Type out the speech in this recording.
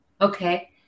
Okay